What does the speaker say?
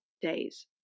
days